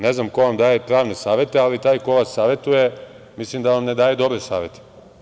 Ne znam ko vam daje pravne savete, ali taj koji vas savetuje mislim da vam ne daje dobre savete.